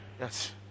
Yes